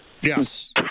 Yes